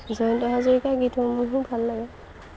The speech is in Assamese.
জয়ন্ত হাজৰিকাৰ গীতসমূহো ভাল লাগে